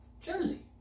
Jersey